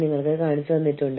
നമുക്ക് അത് തുടരാം